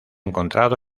encontrado